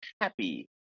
happy